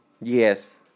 Yes